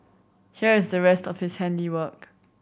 here is the rest of his handiwork